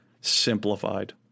simplified